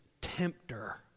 tempter